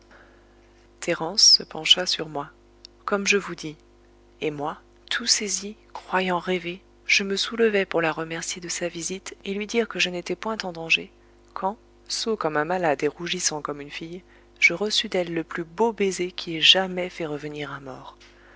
thérence se pencha sur moi comme je vous dis et moi tout saisi croyant rêver je me soulevais pour la remercier de sa visite et lui dire que je n'étais point en danger quand sot comme un malade et rougissant comme une fille je reçus d'elle le plus beau baiser qui ait jamais fait revenir un mort